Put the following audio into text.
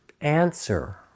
answer